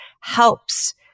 helps